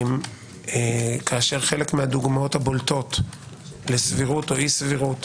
שכאשר חלק מהדוגמאות הבולטות לסבירות או אי סבירות